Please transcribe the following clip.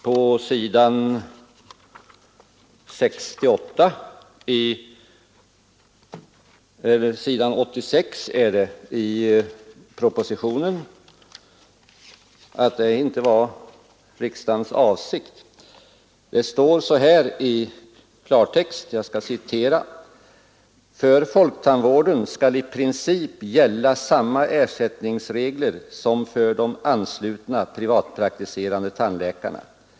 På s. 86 i propositionen kan man läsa: ”För folktandvården skall i princip gälla samma ersättningsregler som för de anslutna privatpraktiserande tandläkarna.